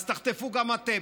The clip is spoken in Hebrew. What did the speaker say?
אז תחטפו גם אתם.